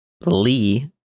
Lee